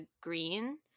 green